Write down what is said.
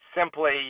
simply